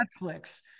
netflix